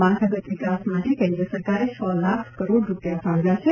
માળખાગત વિકાસ માટે કેન્દ્ર સરકારે છ લાખ કરોડ રૂપિયા ફાળવ્યા છે